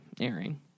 airing